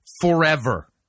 forever